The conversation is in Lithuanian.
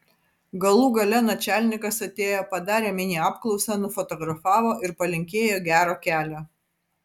galų gale načialnikas atėjo padarė mini apklausą nufotografavo ir palinkėjo gero kelio